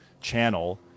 channel